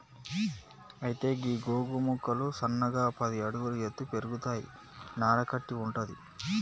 అయితే గీ గోగు మొక్కలు సన్నగా పది అడుగుల ఎత్తు పెరుగుతాయి నార కట్టి వుంటది